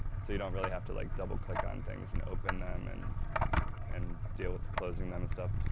so you don't really have to like double-click on things and open them and and deal with the closing them and stuff.